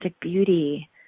beauty